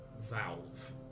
valve